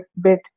bit